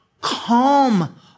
calm